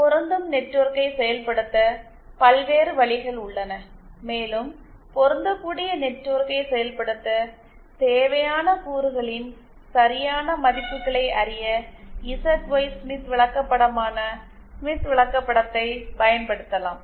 பொருந்தும் நெட்வொர்க்கை செயல்படுத்த பல்வேறு வழிகள் உள்ளன மேலும் பொருந்தக்கூடிய நெட்வொர்க்கை செயல்படுத்த தேவையான கூறுகளின் சரியான மதிப்புகளை அறிய இசட்ஒய் ஸ்மித் விளக்கப்படமான ஸ்மித் விளக்கப்படத்தைப் பயன்படுத்தலாம்